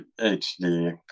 HD